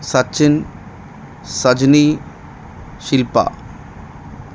Sachin Sajini Shilpa